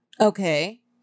Okay